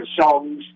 songs